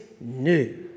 new